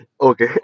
okay